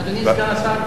אדוני סגן השר,